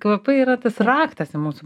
kvapai yra tas raktas į mūsų